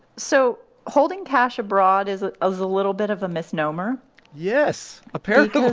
so holding cash abroad is ah a little bit of a misnomer yes, apparently